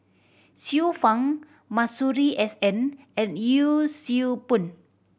Xiu Fang Masuri S N and Yee Siew Pun